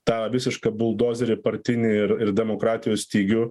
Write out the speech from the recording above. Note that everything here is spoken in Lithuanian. tą visišką buldozerį partinį ir demokratijos stygių